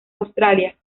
australia